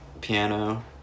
piano